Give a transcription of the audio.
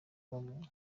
babonye